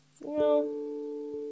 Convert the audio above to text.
no